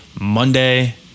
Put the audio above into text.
Monday